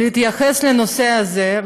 להתייחס לנושא הזה.